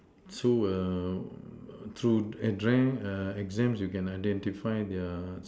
through a through at there err exams you can identify their